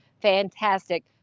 fantastic